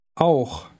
Auch